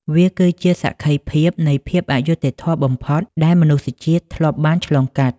វាគឺជាសក្ខីភាពនៃភាពអយុត្តិធម៌បំផុត ដែលមនុស្សជាតិធ្លាប់បានឆ្លងកាត់។